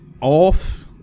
off